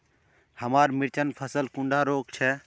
हमार मिर्चन फसल कुंडा रोग छै?